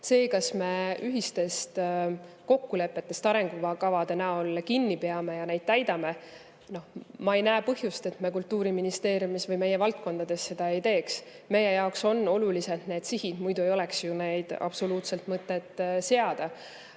See, kas me ühistest kokkulepetest arengukavade näol kinni peame ja neid täidame – ma ei näe põhjust, miks me Kultuuriministeeriumis või selles valdkonnas seda ei teeks. Meie jaoks on need sihid olulised, muidu ei oleks ju absoluutselt mõtet neid